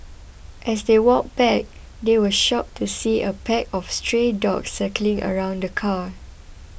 as they walked back they were shocked to see a pack of stray dogs circling around the car